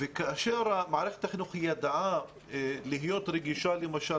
כאשר מערכת החינוך ידעה להיות רגישה למשל,